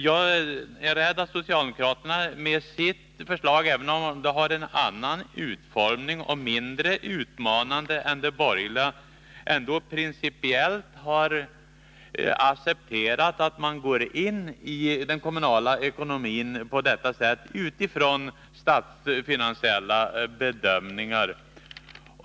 Jag är rädd att socialdemokraterna med sitt förslag, även om det har en annan utformning och är mindre utmanande än det borgerliga förslaget, ändå principiellt har accepterat att man går in i den kommunala ekonomin på detta sätt utifrån statsfinansiella bedömningar.